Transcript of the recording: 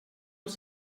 els